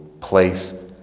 place